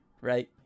right